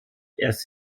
erst